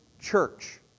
church